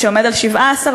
שעומד על 17%,